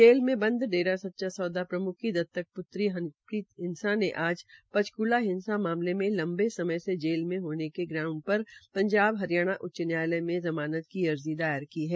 jail में बंद डेरा सच्चा सौदा प्रम्ख की दत्तक पूत्री हनीप्रीत इंसा ने आज पंचक्ला हिंसा मामले में लंबे समय से जेल में होने के ग्राउंड पर पंजाब हरियाणा उच्च न्यायालय में जमानत की अर्जी दायर की है